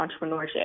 entrepreneurship